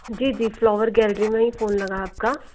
जी जी flower gallery में ही फ़ोन लगा है आपका